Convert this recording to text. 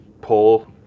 pull